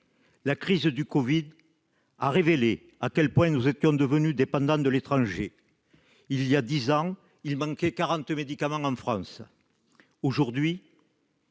La crise du Covid-19 a révélé à quel point nous étions devenus dépendants de l'étranger. Il y a dix ans, il manquait 40 médicaments en France. Aujourd'hui,